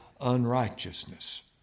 unrighteousness